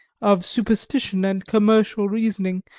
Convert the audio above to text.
of superstition and commercial reasoning,